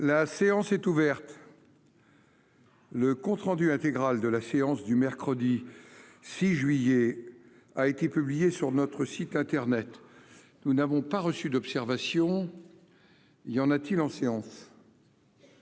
La séance est ouverte. Le compte-rendu intégral de la séance du mercredi 6 juillet a été publié sur notre site internet, nous n'avons pas reçu d'observation, il y en a-t-il en séance.